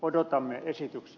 odotamme esityksiä